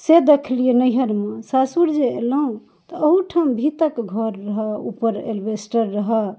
से देखलियै नैहियरमे सासुर जे एलहुॅं तऽ अहूठाम भीतके घर रहै ऊपर एस्बेस्टस रहै